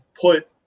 put